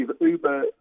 Uber